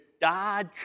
Dodge